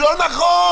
לא נכון?